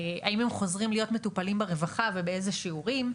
האם הם חוזרים להיות מטופלים ברווחה ובאיזה שיעורים,